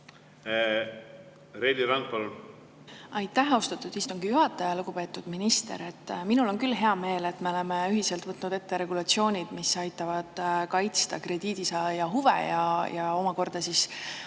Reili Rand, palun! Aitäh, austatud istungi juhataja! Lugupeetud minister! Minul on küll hea meel, et me oleme ühiselt võtnud ette regulatsiooni, mis aitab kaitsta krediidisaaja huve ja omakorda aitab